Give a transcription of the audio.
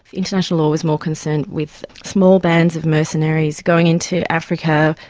international law was more concerned with small bands of mercenaries going into africa,